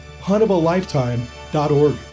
huntofalifetime.org